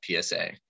PSA